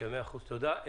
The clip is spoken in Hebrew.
תודה.